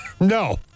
No